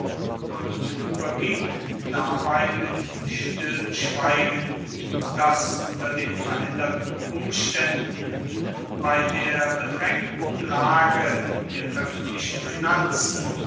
und überging dabei mit stillschweigen daß unter den veränderten umständen bei der bedrängten lage der öffentlichen finanzen